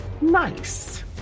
Nice